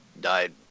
died